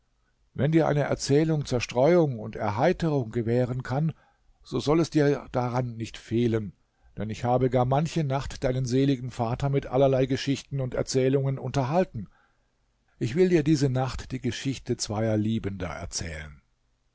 wenn dir eine erzählung zerstreuung und erheiterung gewähren kann so soll es dir daran nicht fehlen denn ich habe gar manche nacht deinen seligen vater mit allerlei geschichten und erzählungen unterhalten ich will dir diese nacht die geschichte zweier liebender erzählen